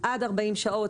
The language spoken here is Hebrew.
עד 40 שעות,